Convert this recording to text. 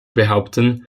behaupten